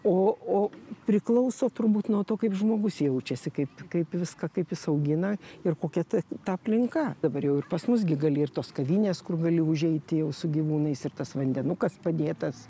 o o priklauso turbūt nuo to kaip žmogus jaučiasi kaip kaip viską kaip jis augina ir kokia ta ta aplinka dabar jau ir pas mus gi gali ir tos kavinės kur gali užeiti jau su gyvūnais ir tas vandenukas padėtas